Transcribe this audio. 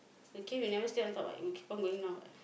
lucky we never stay on top what will keep on going down what